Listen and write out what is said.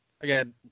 Again